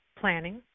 planning